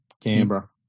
Canberra